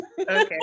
Okay